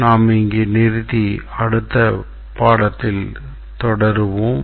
நாம் இங்கே நிறுத்தி அடுத்த பாடத்தில் தொடருவோம்